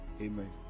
Amen